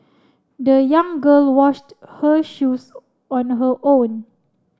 the young girl washed her shoes on her own